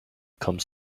comes